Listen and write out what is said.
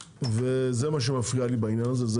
וזה מה שמפריע לי בעניין הזה.